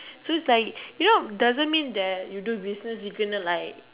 so is like you know doesn't mean that you do business you gonna like